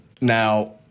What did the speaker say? now